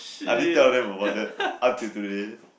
I didn't tell them about that up till today